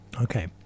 okay